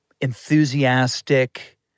enthusiastic